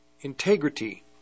Integrity